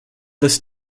this